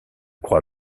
croit